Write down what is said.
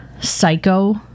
psycho